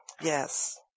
Yes